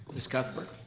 ms. cuthbert?